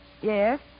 Yes